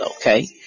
okay